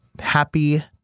happy